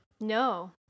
No